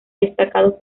destacados